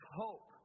hope